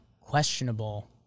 Questionable